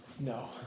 No